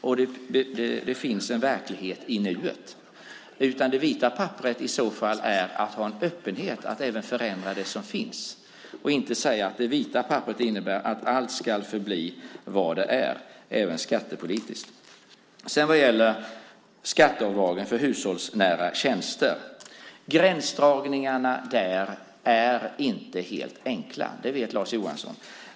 Det finns en verklighet i nuet. Det vita papperet är i så fall att ha en öppenhet att även förändra det som finns och inte säga att det vita papperet innebär att allt ska förbli vad det är, även skattepolitiskt. Vad gäller skatteavdragen för hushållsnära tjänster är gränsdragningarna där inte helt enkla. Det vet Lars Johansson.